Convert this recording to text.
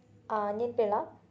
ആഞ്ഞിപ്പിള